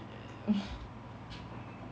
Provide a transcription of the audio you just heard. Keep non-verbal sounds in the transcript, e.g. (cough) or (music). mm (noise)